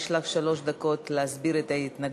יש לך שלוש דקות להסביר את ההתנגדות,